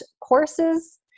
courses